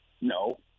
No